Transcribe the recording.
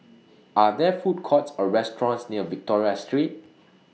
Are There Food Courts Or restaurants near Victoria Street